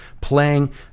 playing